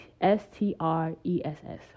S-T-R-E-S-S